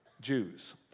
Jews